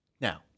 Now